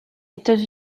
états